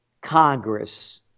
Congress